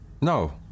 No